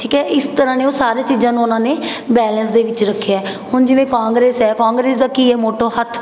ਠੀਕ ਹੈ ਇਸ ਤਰ੍ਹਾਂ ਨੇ ਉਹ ਸਾਰੇ ਚੀਜ਼ਾਂ ਨੂੰ ਉਹਨਾਂ ਨੇ ਬੈਲੇਂਸ ਦੇ ਵਿੱਚ ਰੱਖਿਆ ਹੁਣ ਜਿਵੇਂ ਕਾਂਗਰਸ ਹੈ ਕਾਂਗਰਸ ਦਾ ਕੀ ਹੈ ਮੋਟੋ ਹੱਥ